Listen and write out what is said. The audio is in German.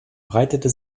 breitete